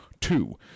Two